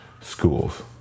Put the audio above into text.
schools